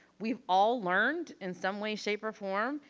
we've all learned in some way, shape or form.